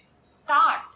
start